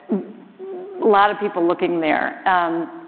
lot of people looking there. um,